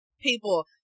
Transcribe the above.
people